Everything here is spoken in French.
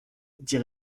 dit